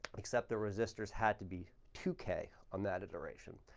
except the resistors had to be two k on that iteration.